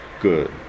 good